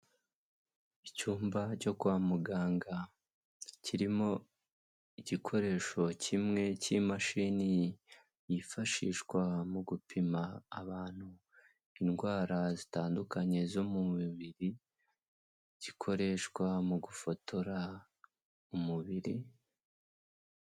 Icyumba cyo kwa muganga kirimo igikoresho kimwe cy'imashini yifashishwa mu gupima abantu indwara zitandukanye zo mu mubiri, gikoreshwa mu gufotora umubiri